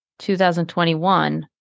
2021